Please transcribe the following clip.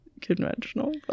conventional